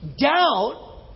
Doubt